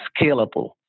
scalable